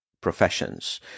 professions